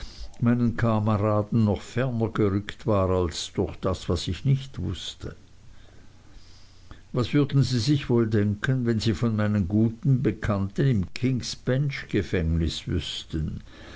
meinen kameraden noch ferner gerückt war als durch das was ich nicht wußte was würden sie sich wohl denken wenn sie von meinen guten bekannten in kings bench gefängnis wüßten